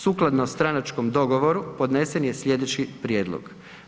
Sukladno stranačkom dogovoru podnesen je slijedeći prijedlog.